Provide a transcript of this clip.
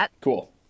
Cool